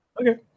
Okay